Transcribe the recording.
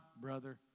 brother